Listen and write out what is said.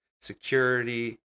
security